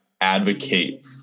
advocate